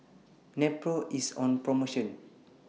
Nepro IS on promotion